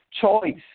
choice